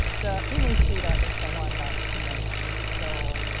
the image data is the one that we want to access. so